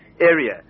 area